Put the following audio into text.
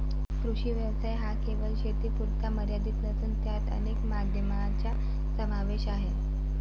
कृषी व्यवसाय हा केवळ शेतीपुरता मर्यादित नसून त्यात अनेक माध्यमांचा समावेश आहे